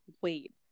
Wait